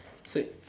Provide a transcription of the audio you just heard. so it